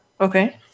Okay